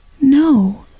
No